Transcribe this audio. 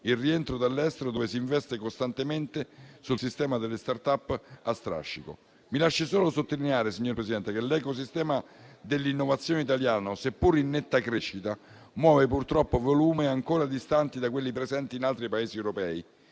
il rientro dall'estero, dove si investe costantemente sul sistema delle *startup* a strascico. Mi lasci solo sottolineare, signor Presidente, che l'ecosistema dell'innovazione italiano, seppur in netta crescita, muove purtroppo volumi ancora distanti da quelli presenti in altri Paesi europei,